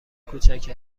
کوچک